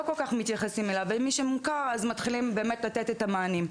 כל כך מתייחסים אליו ואל מי שמוכר אז מתחילים באמת לתת את המענה.